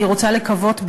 אני רוצה לקוות,